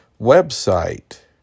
website